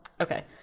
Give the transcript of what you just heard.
Okay